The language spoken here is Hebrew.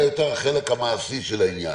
אלא יותר החלק המעשי של העניין.